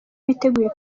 biteguye